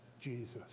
Jesus